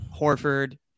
Horford